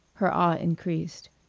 her awe increased.